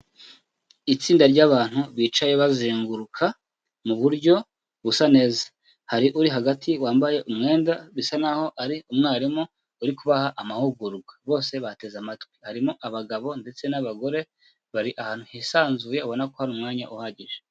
Itsinda ry'abantu bicaye bazenguruka mu buryo busa neza, hari uri hagati wambaye umwenda bisa naho ari umwarimu uri kubaha amahugurwa bose bateze amatwi, harimo abagabo ndetse n'abagore bari ahantu hisanzuye ubona ko hari umwanya uhagije.